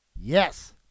Yes